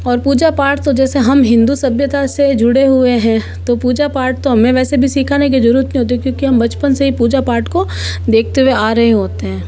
और पूजा पाठ तो जैसे हम हिंदू सभ्यता से जुड़े हुए हैं तो पूजा पाठ तो हमें वैसे भी सीखाने की जरूरत नहीं होती क्योंकि हम बचपन से ही पूजा पाठ को देखते हुए आ रहे होते हैं